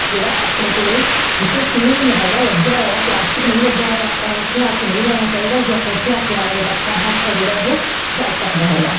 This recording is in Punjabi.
ਜਿਹੜਾ ਆਪਣੇ ਕੋਲ ਜਿੱਥੇ ਸਟੀਲ ਹੈਗਾ ਲੱਗਿਆ ਹੋਇਆ ਪਲਾਸਟਿਕ ਨਹੀਂ ਲੱਗਿਆ ਹੋਇਆ ਆਪਾਂ ਨੂੰ ਉੱਥੇ ਹੱਥ ਨਹੀਂ ਲਾਉਣਾ ਚਾਹੀਦਾ ਜੇ ਆਪਾਂ ਉੱਥੇ ਹੱਥ ਲਾਵਾਂਗੇ ਤਾਂ ਆਪਣਾ ਹੱਥ ਜਿਹੜਾ ਉਹ ਜਲ ਸਕਦਾ ਹੈਗਾ